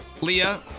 Leah